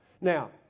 now